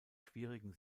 schwierigen